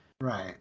Right